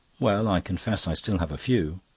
well, i confess i still have a few.